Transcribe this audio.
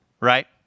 right